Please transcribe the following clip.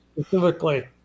specifically